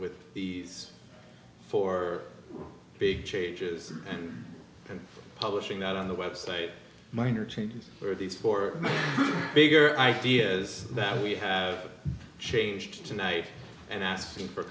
with four big changes and publishing that on the website minor change for these for bigger ideas that we have changed tonight and asking for